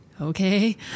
okay